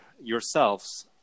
yourselves